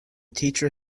teacher